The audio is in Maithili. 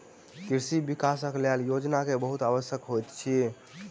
कृषि विकासक लेल योजना के बहुत आवश्यकता होइत अछि